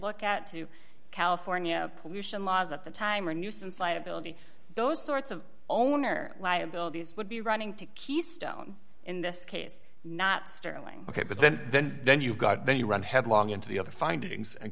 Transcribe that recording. look at two california pollution laws at the time or nuisance liability those sorts of owner liabilities would be running to keystone in this case not sterling ok but then then then you've got then you run headlong into the other findings and